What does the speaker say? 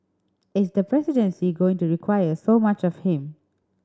is the presidency going to require so much of him